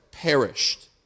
perished